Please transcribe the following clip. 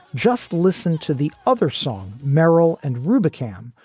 just listen to the other song merrill and rubicam,